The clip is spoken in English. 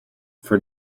for